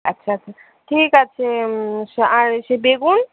আচ্ছা আচ্ছা ঠিক আছে স্ আর ইসে বেগুন